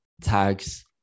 tags